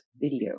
video